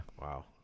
Wow